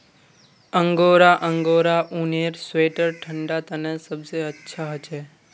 angora Angora ऊनेर sweater ठंडा तने सबसे अच्छा हछे